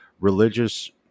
religious